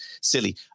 silly